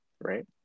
right